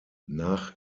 nach